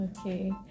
Okay